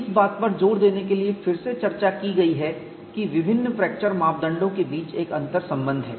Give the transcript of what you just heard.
इस बात पर जोर देने के लिए फिर से चर्चा की गई है कि विभिन्न फ्रैक्चर मापदंडों के बीच एक अंतर्संबंध है